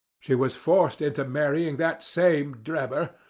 she was forced into marrying that same drebber,